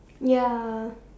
ya